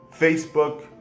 Facebook